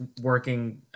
working